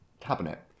cabinet